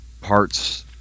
parts